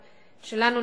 שלנו,